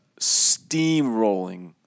steamrolling